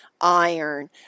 iron